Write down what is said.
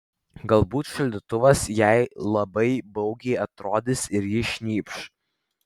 galbūt šaldytuvas jai labai baugiai atrodys ir ji šnypš